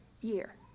Year